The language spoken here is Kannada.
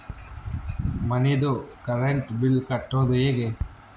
ಮನಿದು ಕರೆಂಟ್ ಬಿಲ್ ಕಟ್ಟೊದು ಹೇಗೆ?